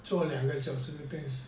做两个小时变